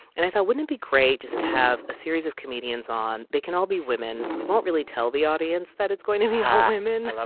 and i thought wouldn't it be great just to have a series of comedians on? they can all be women. we won't really tell the audience that it's going to be women